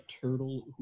turtle